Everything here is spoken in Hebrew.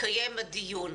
יתקיים הדיון.